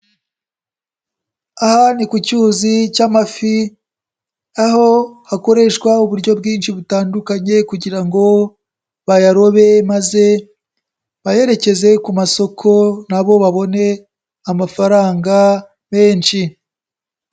Aha ni ku cyuzi cy'amafi aho hakoreshwa uburyo bwinshi butandukanye kugira ngo bayarobe maze, bayerekeze ku masoko na bo babone amafaranga menshi.